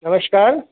नमस्कार